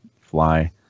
fly